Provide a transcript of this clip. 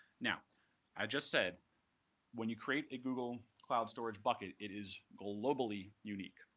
now i just said when you create a google cloud storage bucket, it is globally unique.